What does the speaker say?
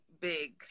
big